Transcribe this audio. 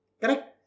Correct